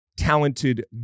talented